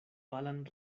palan